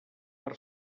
per